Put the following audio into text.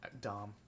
Dom